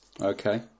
Okay